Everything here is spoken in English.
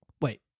wait